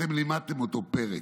אתם לימדתם אותו פרק.